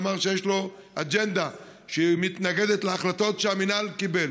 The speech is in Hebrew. אמר שיש לו אג'נדה שמתנגדת להחלטות שהמינהל קיבל.